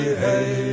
hey